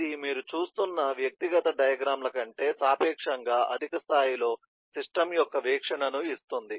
ఇది మీరు చూస్తున్న వ్యక్తిగత డయాగ్రమ్ ల కంటే సాపేక్షంగా అధిక స్థాయిలో సిస్టమ్ యొక్క వీక్షణను ఇస్తుంది